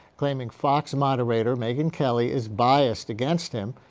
claiming fox moderator megyn kelly is biased against him.